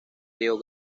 rio